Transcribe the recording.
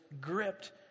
gripped